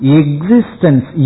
existence